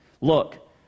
Look